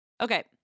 Okay